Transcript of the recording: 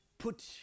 put